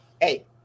hey